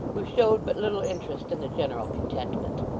who showed but little interest in the general contentment.